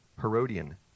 Herodian